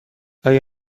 آیا